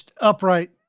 upright